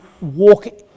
walk